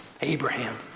Abraham